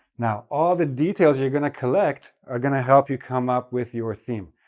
now, all the details you're going to collect are going to help you come up with your theme,